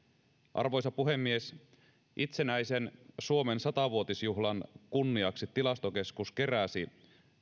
arvoisa puhemies itsenäisen suomen sata vuotisjuhlan kunniaksi tilastokeskus keräsi